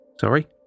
sorry